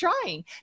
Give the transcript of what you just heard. trying